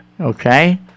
Okay